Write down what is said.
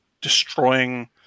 destroying